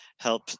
help